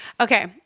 Okay